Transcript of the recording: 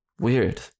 Weird